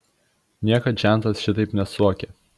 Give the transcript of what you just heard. niekad žentas šitaip nesuokė